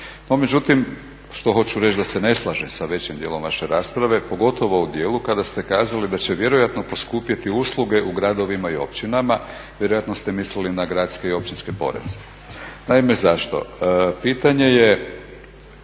međutim što hoću reći da se ne slažem sa većim dijelom vaše rasprave, pogotovo u dijelu kada ste kazali da će vjerojatno poskupjeti usluge u gradovima i općinama. Vjerojatno ste mislili na gradske i općinske poreze. Naime zašto? Pitanje je